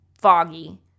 foggy